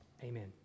amen